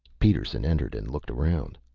peterson entered and looked around.